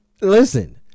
Listen